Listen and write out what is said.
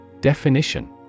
Definition